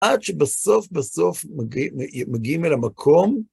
עד שבסוף בסוף מגיעים אל המקום,